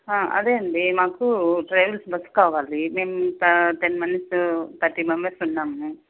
అదే నండి మాకు ట్రావెల్స్ బస్ కావాలి మేము ఇంకా టెన్ మెంబర్స్ థర్టీ మెంబర్స్ ఉన్నాము